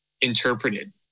interpreted